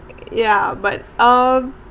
yeah but uh